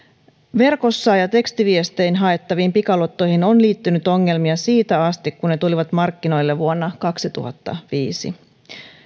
verkossa ja tekstiviestein haettaviin pikaluottoihin on liittynyt ongelmia siitä asti kun ne tulivat markkinoille vuonna kaksituhattaviisi